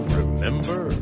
remember